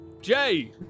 Jay